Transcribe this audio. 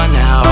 now